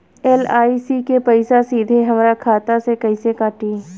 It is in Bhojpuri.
एल.आई.सी के पईसा सीधे हमरा खाता से कइसे कटी?